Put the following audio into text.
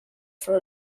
for